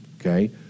okay